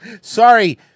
Sorry